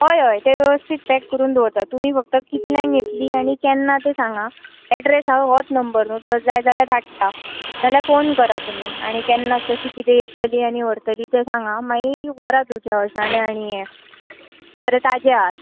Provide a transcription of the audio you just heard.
हय हय ते वेवस्थीत पॅक करून दवरतात तुमी फक्त कितल्यांक येतली आनी केन्ना ते सांगा एड्रेस हांव होच नंबर न्हय जाय जाल्यार धाडटा ना जाल्यार फोन करात तुमी आनी केन्ना कशी कितें येतले आनी व्हरतली ते सांगात मागीर व्हरा तुमचे अळसाणे आनी ये बरें ताजे आसात